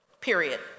Period